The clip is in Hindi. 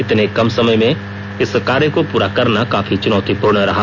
इतने कम समय में इस कार्य को पूरा करना काफी चुनौतीपूर्ण रहा